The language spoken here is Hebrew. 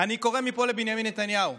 אני קורא מפה לבנימין נתניהו: